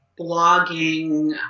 blogging